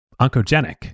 oncogenic